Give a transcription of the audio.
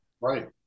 right